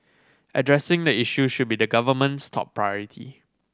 addressing the issue should be the government's top priority